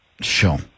Sure